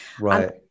Right